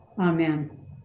Amen